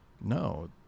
No